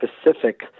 specific